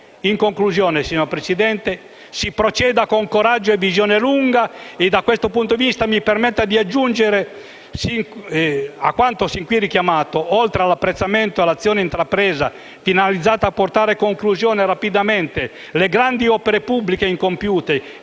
In conclusione, signor Presidente del Consiglio, si proceda con coraggio e visione lunga e, da questo punto di vista, mi permetta di fare un'aggiunta a quanto sin qui richiamato, oltre all'apprezzamento per l'azione intrapresa finalizzata a portare a conclusione rapidamente le grandi opere pubbliche incompiute